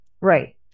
Right